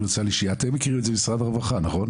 --- אתם מכירים את זה במשרד הרווחה נכון?